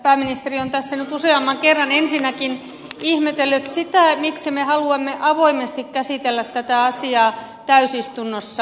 pääministeri on tässä nyt useamman kerran ensinnäkin ihmetellyt sitä miksi me haluamme avoimesti käsitellä tätä asiaa täysistunnossa